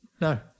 No